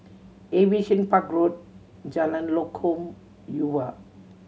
Aviation Park Road Jalan Lokam Yuhua